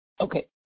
Okay